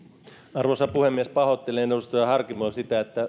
arvoisa puhemies pahoittelen edustaja harkimo että